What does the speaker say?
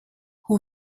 who